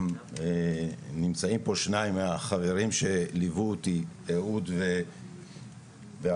נמצאים פה שניים מהחברים שליוו אותי, אהוד ואלון,